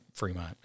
Fremont